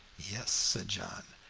yes, said john,